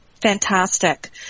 Fantastic